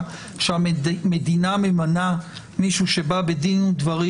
שהמדינה ממנה מישהו שבא בדין ודברים,